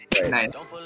nice